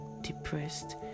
depressed